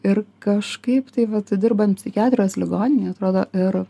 ir kažkaip taip vat dirbant psichiatrijos ligoninėj atrodo ir